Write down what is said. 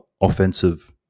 offensive